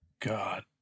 God